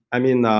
i mean,